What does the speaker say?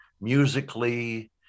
musically